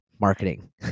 marketing